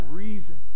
reason